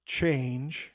change